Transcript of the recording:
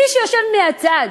מי שיושב מהצד,